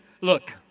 look